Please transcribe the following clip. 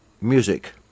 music